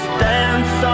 dance